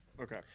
Okay